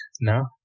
No